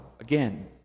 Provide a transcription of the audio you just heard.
again